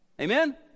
Amen